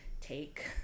take